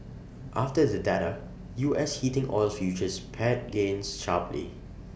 after the data U S heating oil futures pared gains sharply